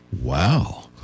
Wow